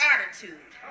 attitude